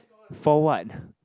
for what